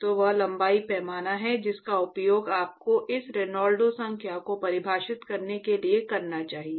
तो वह लंबाई पैमाना है जिसका उपयोग आपको इस रेनॉल्ड्स संख्या को परिभाषित करने के लिए करना चाहिए